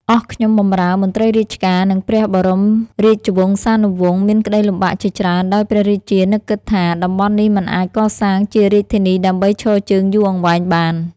អស់ខ្ញុំបម្រើ មន្ត្រីរាជការ និង ព្រះបរមរាជវង្សានុវង្ស មានក្ដីលំបាកជាច្រើន ដោយព្រះរាជានឹកគិតថា តំបន់នេះមិនអាចកសាងជារាជធានីដើម្បីឈរជើងយូរអង្វែងបាន។